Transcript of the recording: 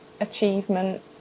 achievement